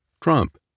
Trump